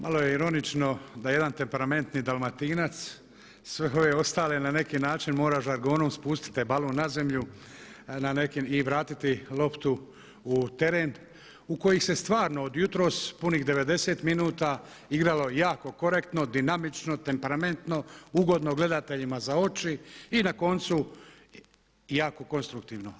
Malo je ironično da jedan temperamentni Dalmatinac sve ove ostale na neki način mora žargonom, spustite balun na zemlju i vratiti loptu u teren u koji se stvarno od jutros punih 90 minuta igralo jako korektno, dinamično, temperamentno, ugodno gledateljima za oči i na koncu jako konstruktivno.